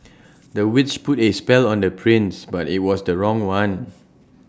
the witch put A spell on the prince but IT was the wrong one